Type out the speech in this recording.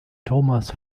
thomas